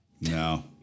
No